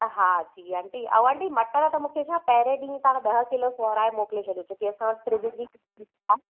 हा जी आंटी ऐं आंटी मटर त मूंखे छा पहिरें ॾींहं तव्हां ॾह किलो सोराए मोकिले छॾियो छो की असां वटि फ्रिज जी